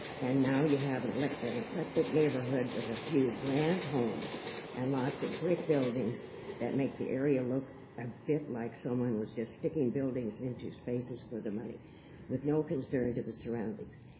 and now you have and like an eclectic neighborhood with a few grand homes and lots of brick buildings that make the area look a bit like someone was just sticking buildings into spaces for the money with no concern to the surroundings.